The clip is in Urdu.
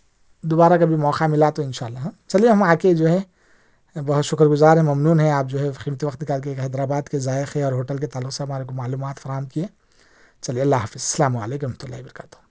دوبارہ کبھی موقع ملا تو انشاء اللہ ہاں چلئے ہم آ کے جو ہے بہت شکر گزار ہیں ممنون ہیں آپ جو ہے قیمتی وقت نکال کے ایک حیدر آباد کے ذائقے اور ہوٹل کے تعلق سے ہمارے کو معلومات فراہم کئے چلئے اللہ حافظ سلام علیکم و رحمتہ اللہ و برکاتہ